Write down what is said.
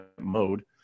mode